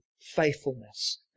faithfulness